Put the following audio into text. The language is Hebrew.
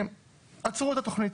עצרו את התכנית.